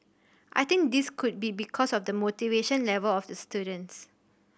I think this could be because of the motivation level of the students